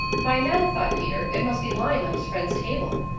by now, thought peter, it must be lying on his friend's table.